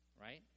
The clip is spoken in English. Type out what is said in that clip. right